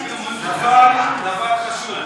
התשע"ו 2015, לוועדת החוקה,